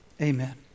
Amen